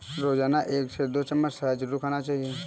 रोजाना एक से दो चम्मच शहद जरुर खाना चाहिए